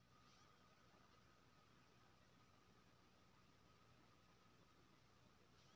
हाकीम मकई के बाली में भरपूर दाना के लेल केना किस्म के बिछन उन्नत छैय?